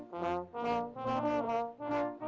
oh